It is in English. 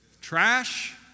Trash